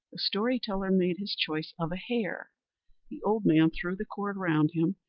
the story-teller made his choice of a hare the old man threw the cord round him,